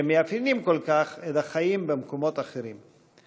שמאפיינים כל כך את החיים במקומות אחרים.